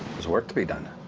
there's work to be done.